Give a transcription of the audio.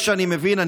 לפי מה שאני מבין,